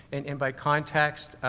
an and by context,